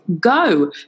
Go